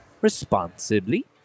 responsibly